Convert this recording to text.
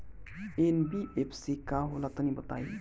NBFC का होला तनि बताई?